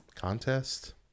contest